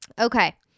Okay